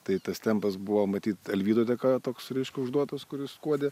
tai tas tempas buvo matyt alvydo dėka toks reiškia užduotus kuris skuodė